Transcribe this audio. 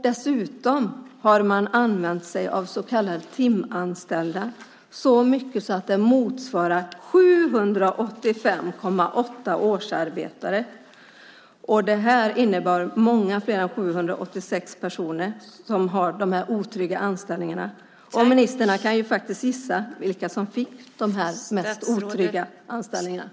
Dessutom använde man sig av så kallade timanställda så mycket att det motsvarade 785,8 årsarbetare. Detta innebar att många fler än 786 personer hade dessa otrygga anställningar. Ministern kan ju gissa vilka det var som fick dem.